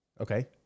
Okay